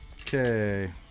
Okay